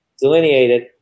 delineated